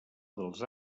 dels